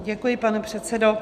Děkuji, pane předsedo.